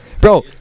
bro